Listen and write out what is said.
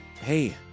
hey